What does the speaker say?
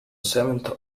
seventh